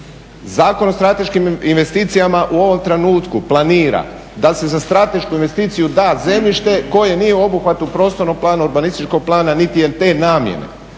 Zakon o strateškim investicijama u ovom trenutku planira da se za stratešku investiciju da zemljište koje nije u obuhvatu prostornog plana, urbanističkog plana niti je te namjene.